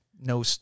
no